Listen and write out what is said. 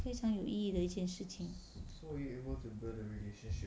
非常有意义的一件事情